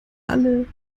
alle